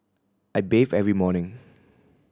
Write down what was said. I bathe every morning